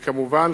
וכמובן,